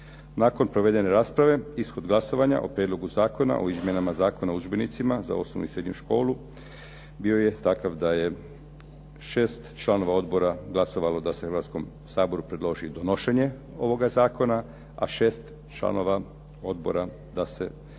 Nakon provedene rasprave ishod glasovanja o Prijedlogu zakona o izmjenama Zakona o udžbenicima za osnovnu i srednju školu bio je takav da je 6 članova odbora glasovalo da se Hrvatskom saboru predloži donošenje ovoga zakona, a šest članova odbora da se Hrvatskom